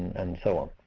and so on.